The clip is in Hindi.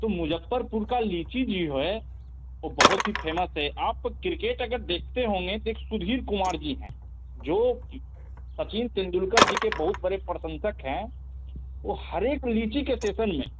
तो मुज़्फ़्फ़रपुर की लीची जो है वह बहुत ही फेमस है आप किरकेट अगर देखते होंगे तो एक सुधीर कुमार जी हैं जो सचिन तेन्दुलकर जी के बहुत बड़े प्रशंसक हैं वह हर एक लीची के सैसन में